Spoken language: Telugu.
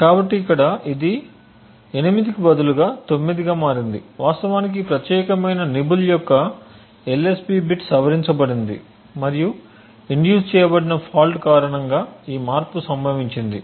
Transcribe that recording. కాబట్టి ఇక్కడ ఇది 8 కు బదులుగా 9 గా మారింది వాస్తవానికి ఈ ప్రత్యేకమైన నిబ్బెల్ యొక్క LSB బిట్ సవరించబడింది మరియు ఇండ్యూస్ చేయబడిన ఫాల్ట్ కారణంగా ఈ మార్పు సంభవించింది